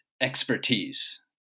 expertise